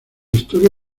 historia